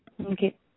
okay